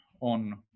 on